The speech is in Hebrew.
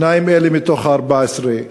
שניים אלה מתוך ה-14,